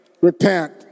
Repent